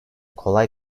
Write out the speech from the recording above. kolay